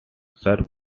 serves